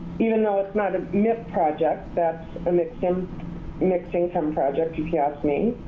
even though it's not a mip project, that's a mixed um mixed income project, if you ask me.